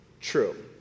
true